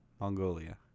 Mongolia